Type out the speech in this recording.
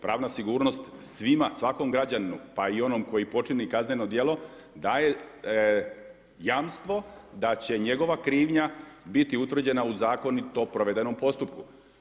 Pravna sigurnost svima, svakom građaninu pa i onom koji počini kazneno djelo daje jamstvo da će njegova krivnja biti utvrđena u zakonito provedenom postupku.